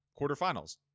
quarterfinals